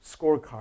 scorecard